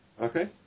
Okay